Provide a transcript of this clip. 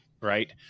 right